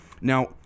now